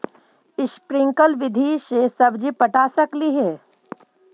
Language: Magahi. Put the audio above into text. स्प्रिंकल विधि से सब्जी पटा सकली हे?